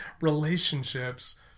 relationships